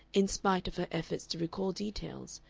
in spite of her efforts to recall details,